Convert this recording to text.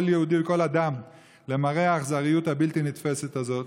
יהודי וכל אדם למראה האכזריות הבלתי-נתפסת הזאת.